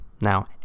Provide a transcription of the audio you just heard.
Now